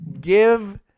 Give